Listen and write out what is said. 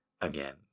again